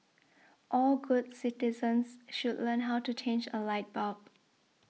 all good citizens should learn how to change a light bulb